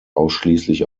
ausschließlich